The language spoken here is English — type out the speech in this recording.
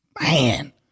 Man